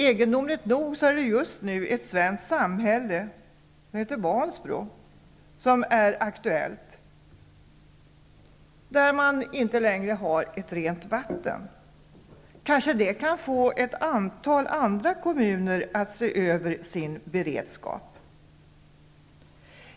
Egendomligt nog är det just nu ett svenskt samhälle -- Vansbro -- som inte längre har rent vatten. Kanske det kan få ett antal andra kommuner att se över sin beredskap.